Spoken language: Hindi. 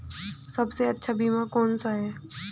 सबसे अच्छा बीमा कौन सा है?